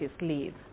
leave